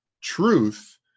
truth